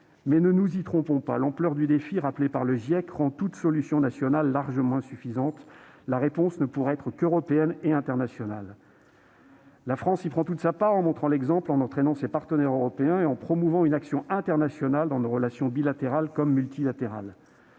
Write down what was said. Mais ne nous y trompons pas, l'ampleur du défi, rappelée par le GIEC, rend toute solution nationale largement insuffisante. La réponse ne pourra être qu'européenne et internationale. La France, à nouveau, prend toute sa part. Elle montre l'exemple et entraîne ses partenaires européens, en promouvant une action internationale dans nos relations bilatérales comme multilatérales.